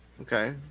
Okay